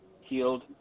healed